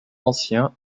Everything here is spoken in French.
anciens